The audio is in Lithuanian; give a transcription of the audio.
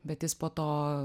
bet jis po to